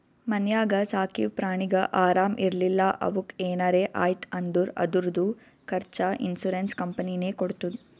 ಮನ್ಯಾಗ ಸಾಕಿವ್ ಪ್ರಾಣಿಗ ಆರಾಮ್ ಇರ್ಲಿಲ್ಲಾ ಅವುಕ್ ಏನರೆ ಆಯ್ತ್ ಅಂದುರ್ ಅದುರ್ದು ಖರ್ಚಾ ಇನ್ಸೂರೆನ್ಸ್ ಕಂಪನಿನೇ ಕೊಡ್ತುದ್